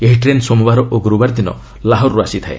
ଏହି ଟ୍ରେନ୍ ସୋମବାର ଓ ଗୁରୁବାର ଦିନ ଲାହୋର୍ରୁ ଆସିଥାଏ